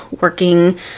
working